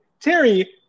Terry